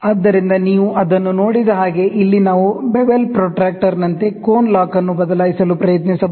ಆದ್ದರಿಂದ ನೀವು ಅದನ್ನು ನೋಡಿದ ಹಾಗೆ ಇಲ್ಲಿ ನಾವು ಬೆವೆಲ್ ಪ್ರೊಟ್ರಾಕ್ಟರ್ನಂತೆ ಕೋನ ಲಾಕ್ ಅನ್ನು ಬದಲಾಯಿಸಲು ಪ್ರಯತ್ನಿಸಬಹುದು